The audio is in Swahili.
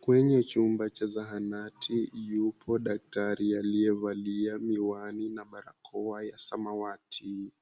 Kwenye chumba cha zahanati, yupo daktari aliyevalia miwani na barakoa ya samawati.